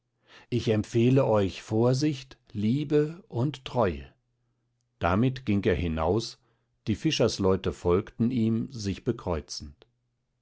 ich empfehle euch vorsicht liebe und treue damit ging er hinaus die fischersleute folgten ihm sich bekreuzend